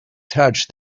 touched